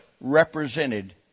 represented